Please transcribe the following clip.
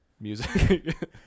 music